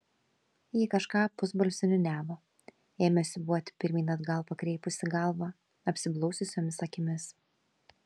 ji kažką pusbalsiu niūniavo ėmė siūbuoti pirmyn atgal pakreipusi galvą apsiblaususiomis akimis